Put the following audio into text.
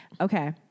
Okay